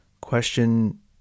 question